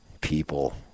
People